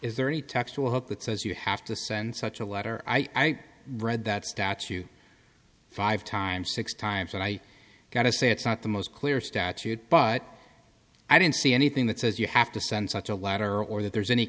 is there any textual help that says you have to send such a letter i read that statute five times six times and i got to say it's not the most clear statute but i didn't see anything that says you have to send such a letter or that there's any